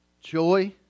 joy